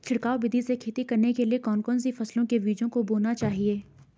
छिड़काव विधि से खेती करने के लिए कौन कौन सी फसलों के बीजों को बोना चाहिए?